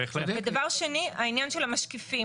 ודבר שני, העניין של המשקיפים.